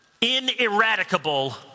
ineradicable